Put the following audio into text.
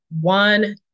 one